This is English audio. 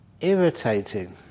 irritating